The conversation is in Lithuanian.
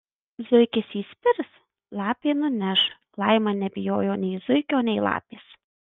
zuikis įspirs lapė nuneš laima nebijojo nei zuikio nei lapės